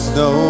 no